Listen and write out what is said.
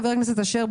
חבר הכנסת אשר,